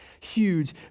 huge